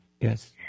Yes